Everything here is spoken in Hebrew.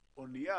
באנייה,